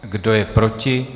Kdo je proti?